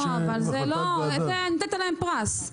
לא, אבל נתת להם פרס.